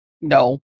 No